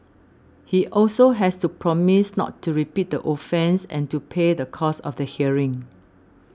he also has to promise not to repeat the offence and to pay the cost of the hearing